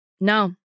No